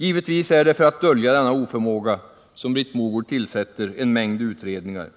Givetvis är det för att dölja denna oförmåga som Britt Mogård tillsätter en mängd utredningar.